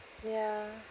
ya